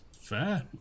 Fair